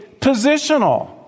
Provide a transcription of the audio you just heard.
positional